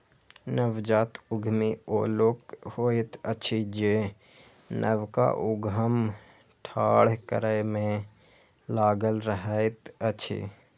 नवजात उद्यमी ओ लोक होइत अछि जे नवका उद्यम ठाढ़ करै मे लागल रहैत अछि